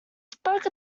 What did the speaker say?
spoke